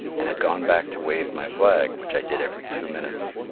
and had gone back to wave my flag, which i did every two minutes,